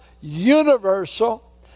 universal